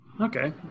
Okay